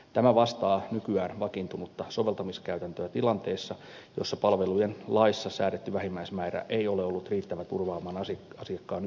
tämä vastaa nykyään vakiintunutta soveltamiskäytäntöä tilanteessa jossa palvelujen laissa säädetty vähimmäismäärä ei ole ollut riittävä turvaamaan asiakkaan yksilöllisiä tulkkaustarpeita